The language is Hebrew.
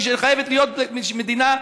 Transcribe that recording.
והיא חייבת להיות מדינה,